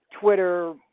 Twitter